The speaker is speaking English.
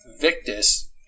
Victus